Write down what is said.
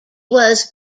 was